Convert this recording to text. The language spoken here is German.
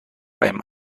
beim